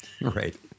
Right